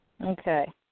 Okay